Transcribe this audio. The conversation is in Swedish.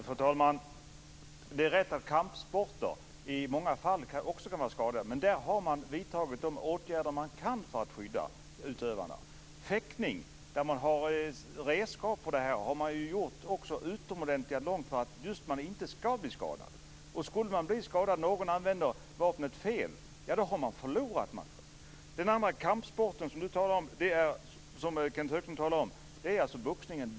Fru talman! Det är rätt att kampsporter i många fall kan vara skadande, men där man vidtagit de åtgärder man kan ta för att skydda utövarna. Inom fäktning, där man har redskap, har det gjorts utomordentligt mycket för att man just inte ska bli skadad. Skulle man bli skadad, skulle någon använda vapnet fel, då har den förlorat matchen. Den kampsport som Kenth Högström talar om är boxningen.